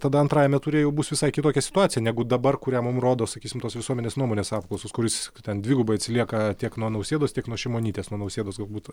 tada antrajame ture jau bus visai kitokia situacija negu dabar kurią mum rodo sakysim tos visuomenės nuomonės apklausos kur jis ten dvigubai atsilieka tiek nuo nausėdos tiek nuo šimonytės nuo nausėdos galbūt